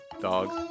dog